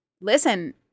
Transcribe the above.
listen